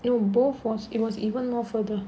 no both was it was even more further